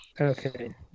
Okay